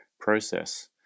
process